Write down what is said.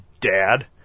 dad